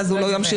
אז הוא לא ימשיך.